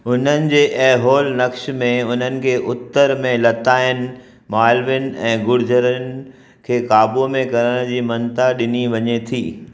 उन्हनि जे ऐहोल नक़्श में उन्हनि खे उत्तर में लताअनि मालवनि ऐं गुर्जरनि खे काबूअ में करण जी मञता डि॒नी वञे थी